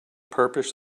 purpose